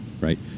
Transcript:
right